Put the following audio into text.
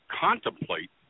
contemplate